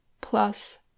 plus